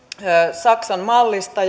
saksan mallista